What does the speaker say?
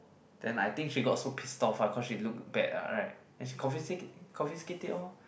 then I think she got so pissed off ah cause she look bad ah right then she confisca~ it confiscate it lor